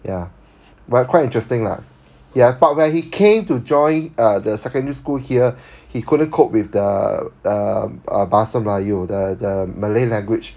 ya but quite interesting lah ya but when he came to join uh the secondary school here he couldn't cope with the err uh bahasa melayu the malay language